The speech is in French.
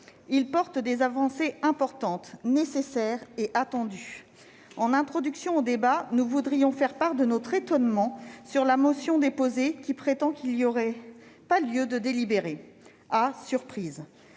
Il porte des avancées importantes, nécessaires et attendues. En introduction aux débats, nous voudrions faire part de notre étonnement sur la motion qui a été déposée et selon laquelle il n'y aurait pas lieu de délibérer. Quelle surprise